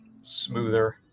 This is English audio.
smoother